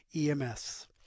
EMS